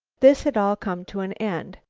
this had all come to an end.